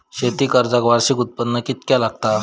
शेती कर्जाक वार्षिक उत्पन्न कितक्या लागता?